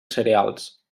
cereals